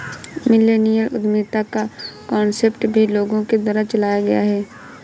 millennial उद्यमिता का concept भी लोगों के द्वारा चलाया गया है